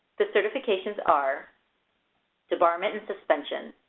the certifications are debarment and suspension.